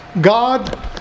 God